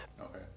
Okay